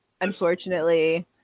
unfortunately